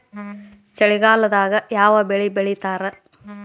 ಚಳಿಗಾಲದಾಗ್ ಯಾವ್ ಬೆಳಿ ಬೆಳಿತಾರ?